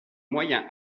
moyen